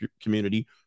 community